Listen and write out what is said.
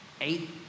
eight